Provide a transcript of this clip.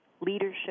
leadership